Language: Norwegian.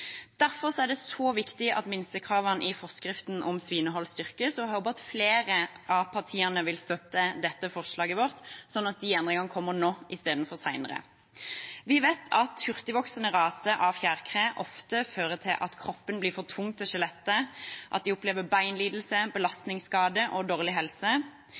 er det så viktig at minstekravene i forskriften om svinehold styrkes, og jeg håper at flere av partiene vil støtte dette forslaget vårt, sånn at de endringene kommer nå istedenfor senere. Vi vet at det for hurtigvoksende raser av fjærkre ofte er slik at kroppen blir for tung for skjelettet, at de opplever beinlidelser, belastningsskader og dårlig helse.